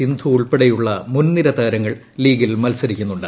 സിന്ധു ഉൾപ്പെടെയുള്ള മുൻനിര താരങ്ങൾ ലീഗിൽ മത്സരിക്കുന്നുണ്ട്